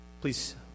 Please